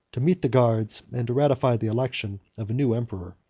to meet the guards, and to ratify the election of a new emperor.